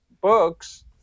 books